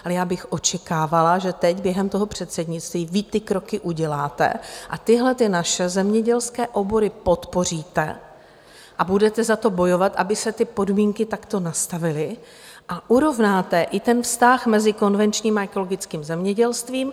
Ale já bych očekávala, že teď během toho předsednictví vy ty kroky uděláte a tyhlety naše zemědělské obory podpoříte a budete za to bojovat, aby se ty podmínky takto nastavily, a urovnáte i ten vztah mezi konvenčním a ekologickým zemědělstvím.